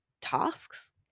tasks